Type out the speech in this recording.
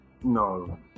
No